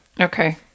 Okay